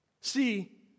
See